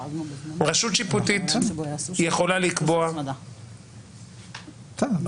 רשות שיפוטית יכולה לקבוע ריבית